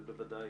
זה בוודאי